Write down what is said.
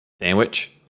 sandwich